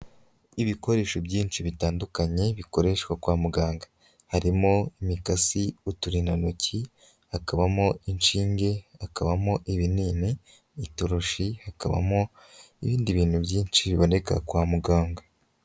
Ibikoresho byinshi bitandukanye bikoreshwa kwa muganga, harimo imikasi, uturindantoki, hakabamo inshinge, hakabamo ibinini n'ituroshi, hakabamo n'ibindi bintu byinshi biboneka kwa muganga.